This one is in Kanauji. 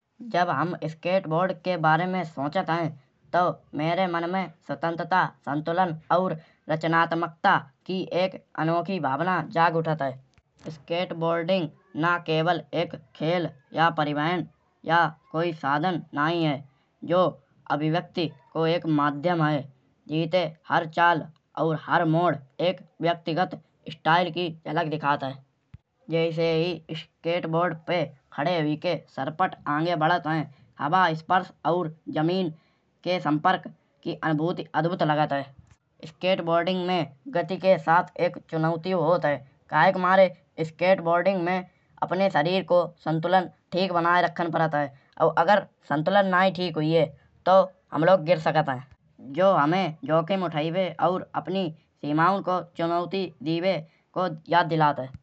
जब हम स्केट बोर्ड के बारे में सोचत है। तउ मेरे मन में स्वतंत्रता संतुलन और रचनात्मकता की एक अनोखी भावना जाग उठत है। स्केट बोर्डिंग ना केवल एक खेल या एक परिवहन या कोई साधन नाहीं है। जो अभिव्यक्ति को एक माध्यम है। जीते हर चाल और हर मोड़ एक व्यक्तिगत स्टाइल की झलक दिखात है। जैसे ही स्केटबोर्ड पे खड़े हुई के सरपट आगे बढ़त है। हवा स्पर्श और जमीन के संपर्क की अनुभूति अद्भुत लागत है। स्केट बोर्डिंग में गति के साथ एक चुनौती होत है। काहे के मारे स्केट बोर्डिंग में अपने शरीर को संतुलन ठीक बनाये राखन परत है। और अगर संतुलन नाहीं ठीक हुईये तउ हम लोग गिर सकत है। जऊ हमे जोखिम उठाइबे और अपनी सीमाओं को चुनौती दिबी याद दिलात है।